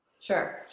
Sure